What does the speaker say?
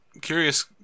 curious